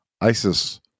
Isis